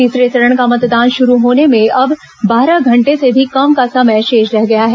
तीसरे चरण का मतदान शुरू होने में अब बारह घंटे से भी कम का समय शेष रह गया है